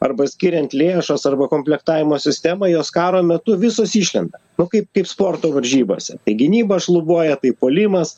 arba skiriant lėšas arba komplektavimo sistemą jos karo metu visos išlenda nu kaip kaip sporto varžybose tai gynyba šlubuoja tai puolimas